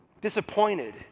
disappointed